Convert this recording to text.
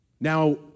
Now